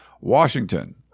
Washington